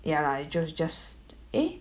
ya lah I just just eh